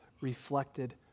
reflected